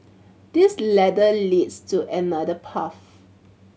this ladder leads to another path